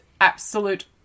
absolute